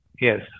Yes